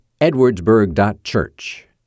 edwardsburg.church